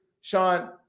Sean